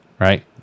right